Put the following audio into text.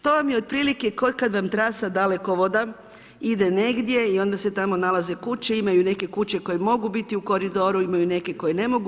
To vam je otprilike kao kad vam trasa dalekovoda ide negdje i onda se tamo nalaze kuće, imaju neke kuće koje mogu biti u koridoru, imaju neke koje ne mogu.